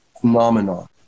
phenomenon